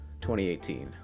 2018